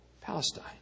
Palestine